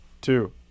two